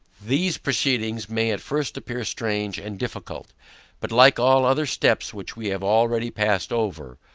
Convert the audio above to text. these proceedings may at first appear strange and difficult but, like all other steps which we have already passed over,